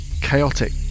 chaotic